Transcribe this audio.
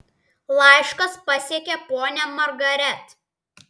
laiškas pasiekė ponią margaret